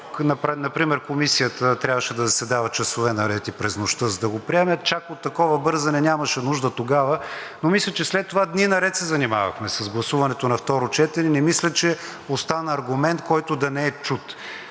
че например Комисията трябваше да заседава часове наред и през нощта, за да го приеме – чак от такова бързане нямаше нужда тогава. Мисля, че след това дни наред се занимавахме с гласуването на второ четене. Не мисля, че остана аргумент, който да не е чут.